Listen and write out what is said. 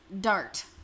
Dart